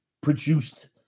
produced